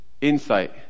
insight